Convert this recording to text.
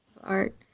Art